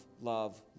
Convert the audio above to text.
love